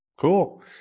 Cool